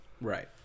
Right